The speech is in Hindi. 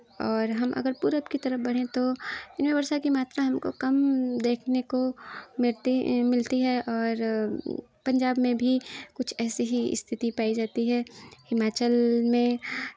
और हम अगर पूरब की तरफ बढ़ें तो यानि वर्षा की मात्रा हमको कम देखने को मिरती मिलती है और पंजाब में भी कुछ ऐसे ही स्थिति पाई जाती है हिमाचल में